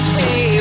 hey